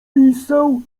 pisał